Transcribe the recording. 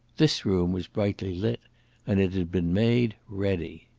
this room was brightly lit and it had been made ready.